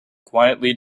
quietly